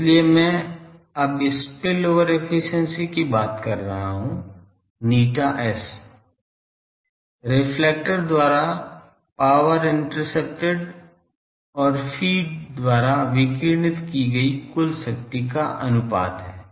इसलिए मैं अब स्पिल ओवर एफिशिएंसी की बात कर रहा हूं ηS रिफ्लेक्टर द्वारा पावर इंटर्सेप्टेड और फ़ीड द्वारा विकिरणित की गई कुल शक्ति का अनुपात है